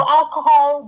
alcohol